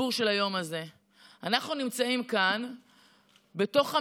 הסיפור של היום: אנחנו נמצאים כאן בתוך המליאה,